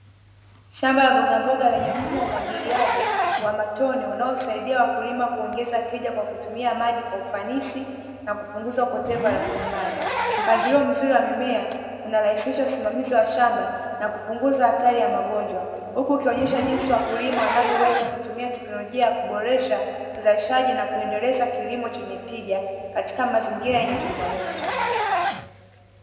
Shamba la bonga mboga lenye mfumo wa umwagiliaji wa matone unaosaidia wakulima kuongeza tija kwa kutumia maji kwa ufanisi na kupunguza upotevu wa rasilimali, mpangilio mzuri wa mimea unarahisishwa wasimamizi wa shamba na kupunguza hatari ya magonjwa, huku ukionyesha jinsi wakulima wanavyoweza kutumia teknolojia ya kuboresha uzalishaji na kuendeleza kilimo chenye tija katika mazingira yenye changamoto.